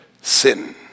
sin